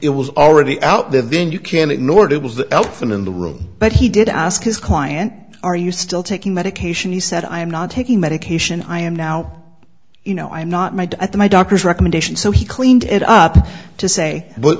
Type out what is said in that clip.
it was already out there then you can ignore it it was the elephant in the room but he did ask his client are you still taking medication he said i am not taking medication i am now you know i'm not mad at the my doctor's recommendation so he cleaned it up to say but